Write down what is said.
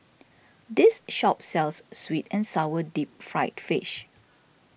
this shop sells Sweet and Sour Deep Fried Fish